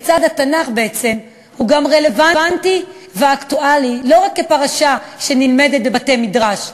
כיצד התנ"ך הוא גם רלוונטי ואקטואלי לא רק כפרשה שנלמדת בבתי-מדרש,